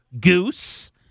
Goose